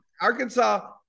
Arkansas